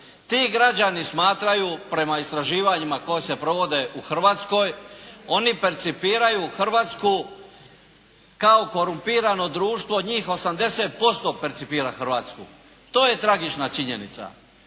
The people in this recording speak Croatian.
Ti građani smatraju, prema istraživanjima koje se provode u Hrvatskoj, oni percipiraju Hrvatsku kao korumpirano društvo od njih 80% percipira Hrvatsku. To je tragična činjenica.